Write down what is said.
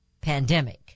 pandemic